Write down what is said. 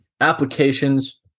applications